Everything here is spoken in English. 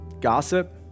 gossip